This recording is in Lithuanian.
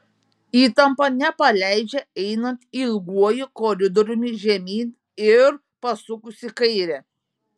įtampa nepaleidžia einant ilguoju koridoriumi žemyn ir pasukus į kairę